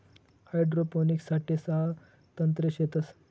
hydroponics साठे सहा तंत्रे शेतस